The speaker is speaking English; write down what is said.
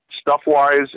Stuff-wise